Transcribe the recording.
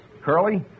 Curly